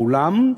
באולם,